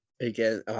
again